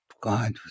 God